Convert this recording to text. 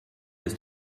ist